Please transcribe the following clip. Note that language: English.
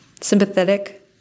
Sympathetic